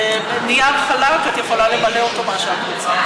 נייר חלק, את יכולה למלא אותו מה שאת רוצה.